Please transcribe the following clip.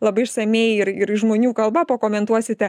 labai išsamiai ir ir žmonių kalba pakomentuosite